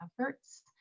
efforts